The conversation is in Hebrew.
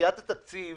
לדחיית התקציב